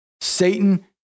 Satan